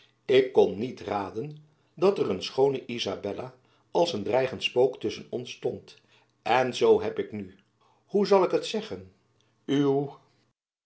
ik kon niet raden dat er een jacob van lennep elizabeth musch schoone izabella als een dreigend spook tusschen ons stond en zoo heb ik nu hoe zal ik het zegeen